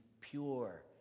pure